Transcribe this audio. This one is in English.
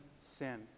sin